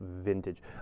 Vintage